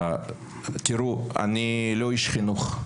אני לא איש חינוך,